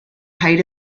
height